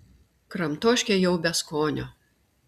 kramtoškė jau be skonio